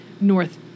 north